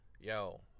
yo